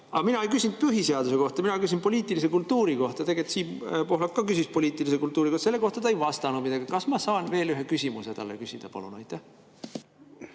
Aga mina ei küsinud põhiseaduse kohta, mina küsisin poliitilise kultuuri kohta. Tegelikult Siim Pohlak ka küsis poliitilise kultuuri kohta. Selle kohta ta ei vastanud midagi. Kas ma saan veel ühe küsimuse küsida, palun?